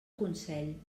consell